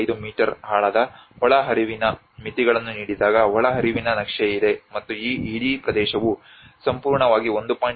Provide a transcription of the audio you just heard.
5 metre ಆಳದ ಒಳಹರಿವಿನ ಮಿತಿಗಳನ್ನು ನೀಡಿದಾಗ ಒಳಹರಿವಿನ ನಕ್ಷೆ ಇದೆ ಮತ್ತು ಈ ಇಡೀ ಪ್ರದೇಶವು ಸಂಪೂರ್ಣವಾಗಿ 1